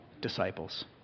disciples